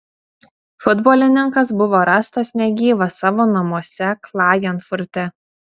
futbolininkas buvo rastas negyvas savo namuose klagenfurte